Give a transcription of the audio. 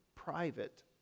private